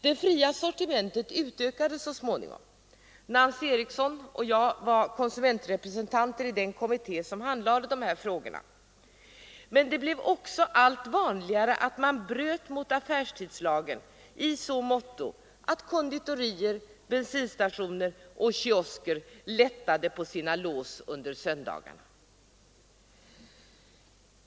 Det fria sortimentet utökades så småningom — Nancy Eriksson och jag var konsumentrepresentanter i den kommitté som handlade dessa frågor — men det blev också allt vanligare att man bröt mot affärstidslagen i så måtto att konditorier, bensinstationer och kiosker lättade på sina lås under söndagarna.